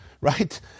right